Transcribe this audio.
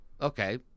Okay